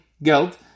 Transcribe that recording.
Geld